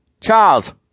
Charles